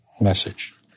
message